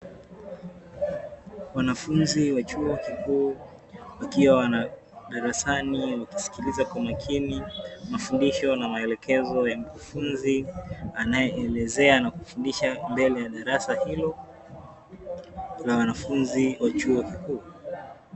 Wanafunzi wa chuo kikuu, wakiwa darasani wakisikiliza kwa makini mafundisho na maelekezo ya Mkufunzi, anayeelezea na kufundisha mbele ya darasa hilo la wanafunzi wa chuo kikuu.